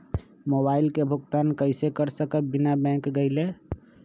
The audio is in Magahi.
मोबाईल के भुगतान कईसे कर सकब बिना बैंक गईले?